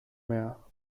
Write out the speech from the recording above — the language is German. mehr